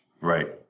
Right